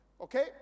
Okay